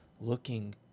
looking